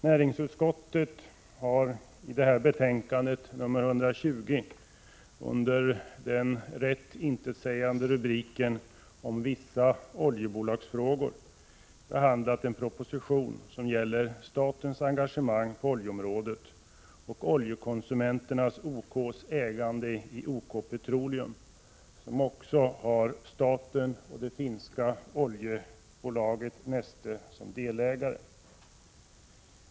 Näringsutskottet har i det här betänkandet — med den rätt intetsägande rubriceringen ”om vissa oljebolagsfrågor” — behandlat proposition 120, som gäller statens engagemang på oljeområdet och Oljekonsumenternas ägande i OK Petroleum AB, som också har staten och det finska oljebolaget Neste som delägare.